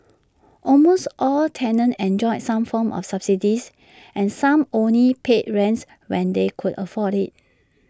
almost all tenants enjoyed some form of subsidy and some only paid rents when they could afford IT